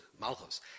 malchus